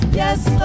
yes